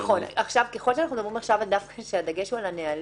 ככל שהדגש הוא על הנהלים,